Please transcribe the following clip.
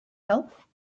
help